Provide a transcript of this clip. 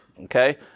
okay